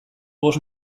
bost